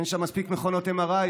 אין שם מספיק מכונות MRI,